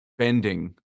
Bending